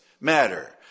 matter